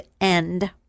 end